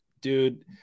Dude –